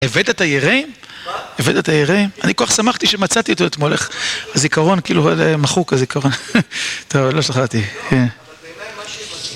היבד את הירים? מה? היבד את הירים? אני כל כך שמחתי שמצאתי אותו אתמול איך הזיכרון, כאילו הוא היה מחוק הזיכרון טוב, לא שחרתי